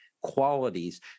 qualities